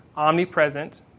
omnipresent